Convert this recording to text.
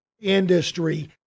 industry